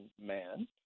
man